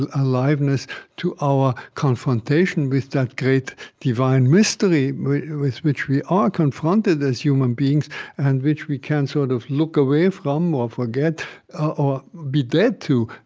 and aliveness to our confrontation with that great divine mystery with which we are confronted as human beings and which we can sort of look away from um or forget or be dead to.